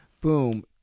boom